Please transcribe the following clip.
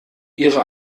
ihre